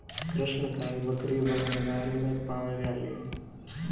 कृष्णकाय बकरी बंगाल में पावल जाले